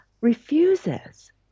refuses